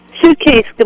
Suitcase